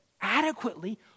adequately